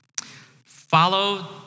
Follow